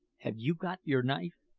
have you got your knife?